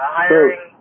hiring